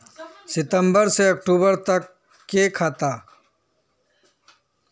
सितम्बर से अक्टूबर तक के खाता?